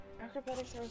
Acrobatics